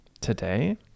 Today